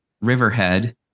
Riverhead